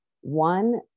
One